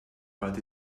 but